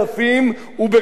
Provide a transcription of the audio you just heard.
כדי שאם,